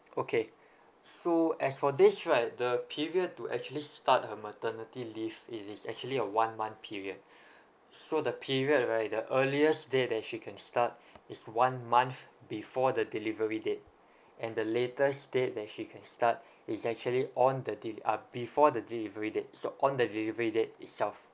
okay so as for this right the period to actually start her maternity leave it is actually a one month period so the period right the earliest day that she can start is one month before the delivery date and the latest date that she can start is actually on the deli~ uh before the delivery date so on the delivery date itself